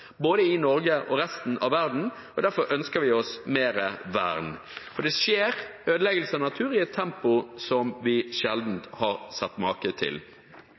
både i Norge og i resten av verden. Derfor ønsker vi oss mer vern. Det skjer ødeleggelse av natur i et tempo som vi sjelden har sett maken til.